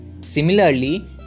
Similarly